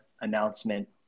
announcement